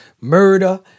murder